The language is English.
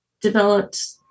developed